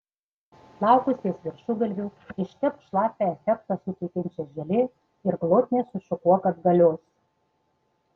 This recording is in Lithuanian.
plaukus ties viršugalviu ištepk šlapią efektą suteikiančia želė ir glotniai sušukuok atgalios